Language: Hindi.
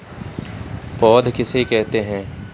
पौध किसे कहते हैं?